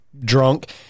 drunk